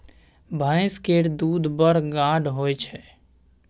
भैंस केर दूध बड़ गाढ़ होइ छै